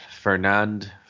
Fernand